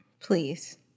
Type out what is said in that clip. Please